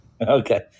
Okay